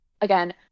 again